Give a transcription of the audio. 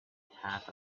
half